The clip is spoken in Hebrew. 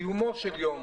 משפטים.